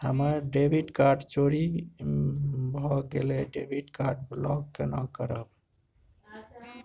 हमर debit card चोरी भगेलै डेबिट कार्ड ब्लॉक केना करब?